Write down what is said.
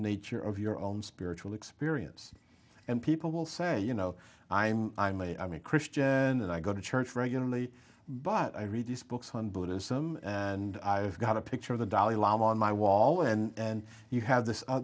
nature of your own spiritual experience and people will say you know i'm i'm a i'm a christian and i go to church regularly but i read these books on buddhism and i've got a picture of the dalai lama on my wall and you have this